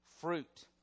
fruit